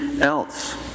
else